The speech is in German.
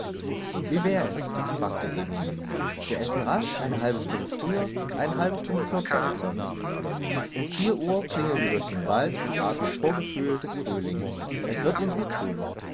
wie wär es fragte emil wir essen rasch eine halbe stunde früher eine halbe stunde kürzer als sonst um vier uhr klingeln wir durch den wald und athmen vorgefühl des frühlings es wird ihm gut thun